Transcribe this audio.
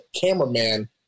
cameraman